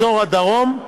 אזור הדרום,